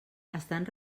estan